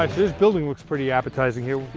ah this building looks pretty appetizing, here.